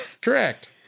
Correct